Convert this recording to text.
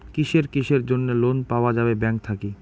কিসের কিসের জন্যে লোন পাওয়া যাবে ব্যাংক থাকি?